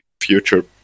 future